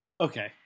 Okay